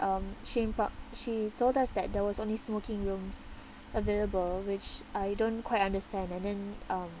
um she told us that there was only smoking rooms available which I don't quite understand and then um